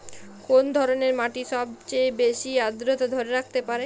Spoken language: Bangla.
কোন ধরনের মাটি সবচেয়ে বেশি আর্দ্রতা ধরে রাখতে পারে?